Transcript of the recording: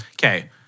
Okay